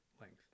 length